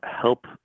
help